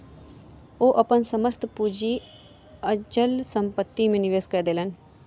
ओ अपन समस्त पूंजी अचल संपत्ति में निवेश कय देलैन